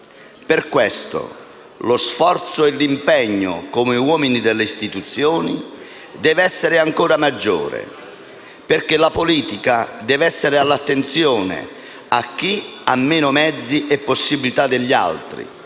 Per questo, lo sforzo e l'impegno come uomini delle istituzioni deve essere ancora maggiore, perché la politica deve essere attenzione a chi ha meno mezzi e possibilità degli altri.